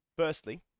Firstly